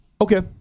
Okay